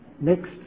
Next